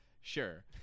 sure